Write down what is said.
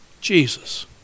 Jesus